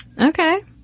Okay